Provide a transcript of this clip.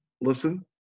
listen